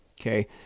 Okay